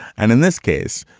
and in this case,